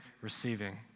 receiving